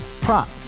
prop